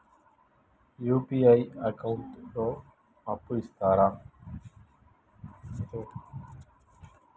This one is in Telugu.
యూ.పీ.ఐ అకౌంట్ లో అప్పు ఇస్తరా?